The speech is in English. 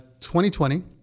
2020